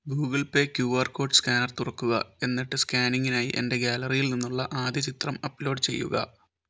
Google pay Q R code scanner തുറക്കുക എന്നിട്ട് സ്കാനിംഗിനായി എൻ്റെ ഗാലറിയിൽ നിന്നുള്ള ആദ്യ ചിത്രം അപ്ലോഡ് ചെയ്യുക